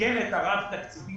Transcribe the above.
המסגרת הרב תקציבית